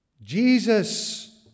Jesus